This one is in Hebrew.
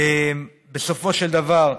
בסופו של דבר,